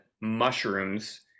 mushrooms